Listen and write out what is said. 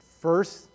first